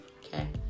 okay